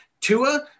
Tua